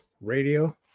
radio